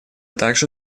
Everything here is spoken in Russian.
также